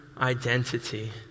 identity